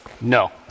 No